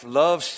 love